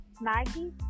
Maggie